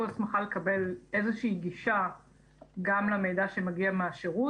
הסמכה לקבל איזושהי גישה גם למידע שמגיע מהשירות.